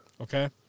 Okay